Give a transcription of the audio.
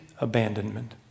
abandonment